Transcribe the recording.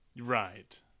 Right